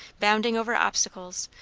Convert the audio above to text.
bounding over obstacles,